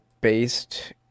based